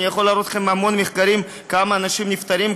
אבל אני יכול להראות לכם המון מחקרים כמה אנשים נפטרים,